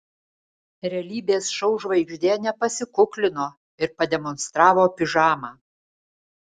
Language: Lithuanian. realybės šou žvaigždė nepasikuklino ir pademonstravo pižamą